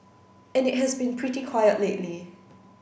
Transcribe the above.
and it has been pretty quiet lately